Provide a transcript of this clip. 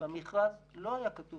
במכרז לא היה כתוב